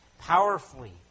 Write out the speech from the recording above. powerfully